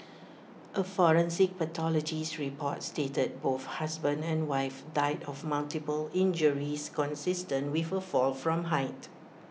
A forensic pathologist's report stated both husband and wife died of multiple injuries consistent with A fall from height